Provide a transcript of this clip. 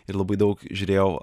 ir labai daug žiūrėjau